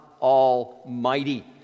Almighty